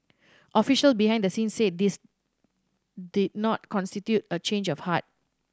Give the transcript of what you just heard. officials behind the scenes said this did not constitute a change of heart